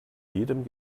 jeden